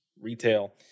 retail